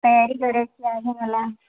तयारी करायची आहे मला